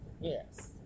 Yes